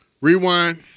Rewind